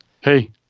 hey